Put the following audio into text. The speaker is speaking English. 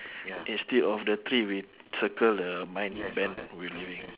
instead of the tree we circle the mine ben we're leaving